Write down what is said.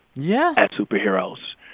yeah. as superheroes.